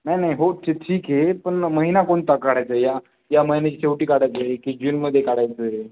नाही नाही हो ते ठीक आहे पण महिना कोणता काढायचा आहे या या महिन्याच्या शेवटी काढायचं आहे की जूनमध्ये काढायचं आहे